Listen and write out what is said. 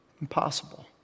Impossible